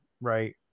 Right